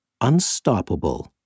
unstoppable